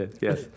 Yes